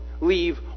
leave